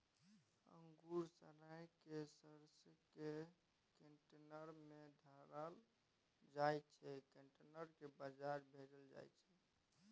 अंगुर सराए केँ रसकेँ कंटेनर मे ढारल जाइ छै कंटेनर केँ बजार भेजल जाइ छै